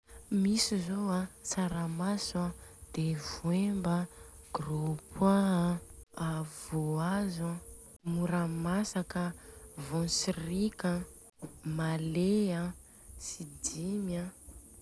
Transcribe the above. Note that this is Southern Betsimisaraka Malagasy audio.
Misy zô an, tsaramaso an, dia vhoemba an, gropôa an, a vôhazo an, mora masaka an, vôntsirika an, male an, tsidimy.